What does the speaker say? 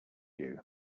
you